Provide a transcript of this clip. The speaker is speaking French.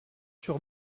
sur